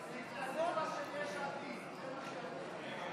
דיקטטורה של יש עתיד, זה מה שאתם.